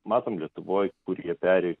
matom lietuvoj kur jie peri